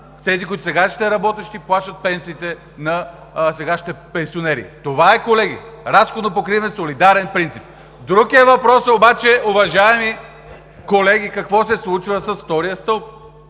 тези, които сега са работещи, плащат пенсиите на сегашните пенсионери. Това е, колеги, разходно-покривен солидарен принцип! Друг е въпросът обаче, уважаеми колеги, какво се случва с втория стълб?!